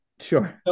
sure